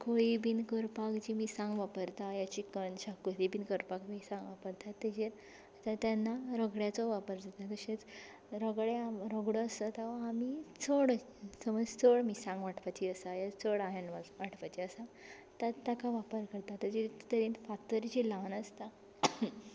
कडी बी करपाक जी मिर्सांग वापरता चिकन शाकोती बी करपाक मिर्सांग वापरता ताजेर तेन्ना रगड्याचो वापर जाता तशेंच रगडो आसता तो आमी चड सपोज मिर्सांग वांटपाची आसा वा चड आयण वांटपाचें आसा ताका वापर करता तेच तरेन फातर जी ल्हान आसता